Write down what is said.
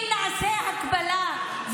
אם נעשה הקבלה,